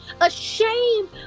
ashamed